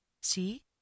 See